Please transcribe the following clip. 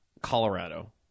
Colorado